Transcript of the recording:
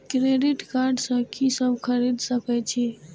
Credit card से की सब खरीद सकें छी?